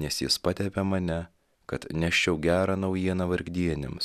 nes jis patepė mane kad neščiau gerą naujieną vargdieniams